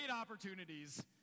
opportunities